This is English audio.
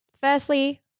firstly